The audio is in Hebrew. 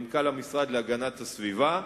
מנכ"ל המשרד להגנת הסביבה,